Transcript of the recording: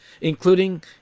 including